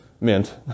mint